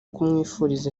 kumwifuriza